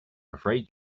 afraid